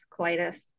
colitis